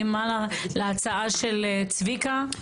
להצעה של צביקה האוזר.